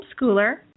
homeschooler